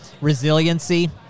resiliency